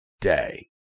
day